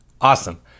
Awesome